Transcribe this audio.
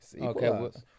Okay